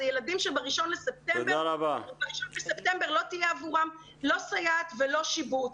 אלה ילדים שבראשון לספטמבר לא תהיה עבורם לא סייעת ולא שיבוץ.